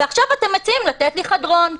ועכשיו אתם מציעים לתת לי חדרון.